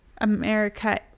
America